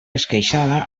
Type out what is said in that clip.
esqueixada